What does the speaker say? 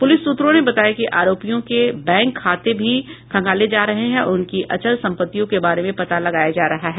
police सूत्रों ने बताया कि आरोपियों के बैंक खाते भी खंगाले जा रहे हैं और उनकी अचल संपत्तियों के बारे में पता लगाया जा रहा है